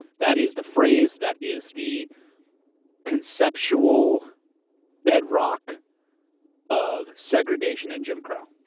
that is the phrase that is the conceptual bedrock of segregation and jim crow.